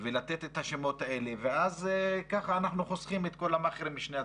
ולתת את השמות האלה ואז ככה אנחנו חוסכים את כל המאכרים משני הצדדים.